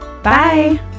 Bye